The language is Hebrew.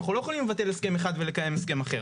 אנחנו לא יכולים לבטל הסכם אחד ולקיים הסכם אחר,